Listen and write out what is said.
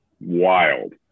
wild